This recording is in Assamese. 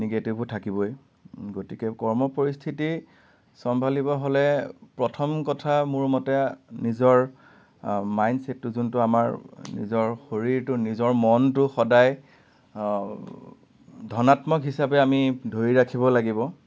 নিগেটিভো থাকিবই গতিকে কৰ্ম পৰিস্থিতি চম্ভালিবলৈ হ'লে প্ৰথম কথা মোৰ মতে নিজৰ মাইণ্ডচেটটো যোনটো আমাৰ নিজৰ শৰীৰটো নিজৰ মনটো সদায় ধনাত্মক হিচাপে আমি ধৰি ৰাখিব লাগিব